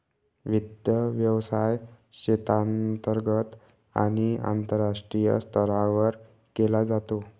वित्त व्यवसाय देशांतर्गत आणि आंतरराष्ट्रीय स्तरावर केला जातो